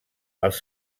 els